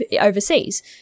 overseas